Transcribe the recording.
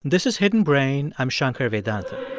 this is hidden brain. i'm shankar vedantam